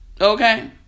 Okay